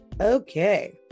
okay